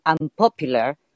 unpopular